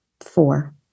four